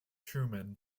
truman